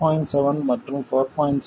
7 மற்றும் 4